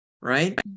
right